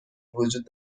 وجود